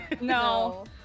No